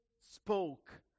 spoke